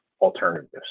alternatives